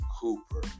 Cooper